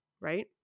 right